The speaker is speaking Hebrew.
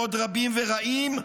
ועוד רבים ורעים,